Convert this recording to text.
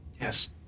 Yes